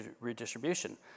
redistribution